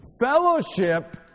Fellowship